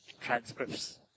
transcripts